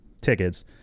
tickets